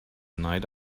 night